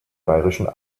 bayerischen